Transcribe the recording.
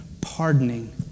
pardoning